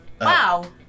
Wow